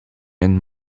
and